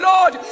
Lord